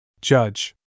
Judge